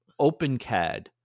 OpenCAD